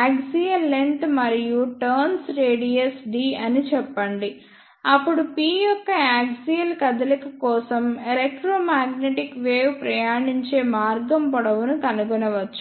axial length మరియు turns radius d అని చెప్పండి అప్పుడు p యొక్క యాక్సియల్ కదలిక కోసం ఎలెక్ట్రోమాగ్నెటిక్ వేవ్ ప్రయాణించే మార్గం పొడవును కనుగొనవచ్చు